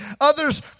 Others